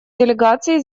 делегации